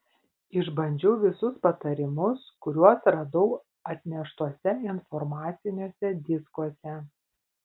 išbandžiau visus patarimus kuriuos radau atneštuose informaciniuose diskuose